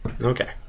Okay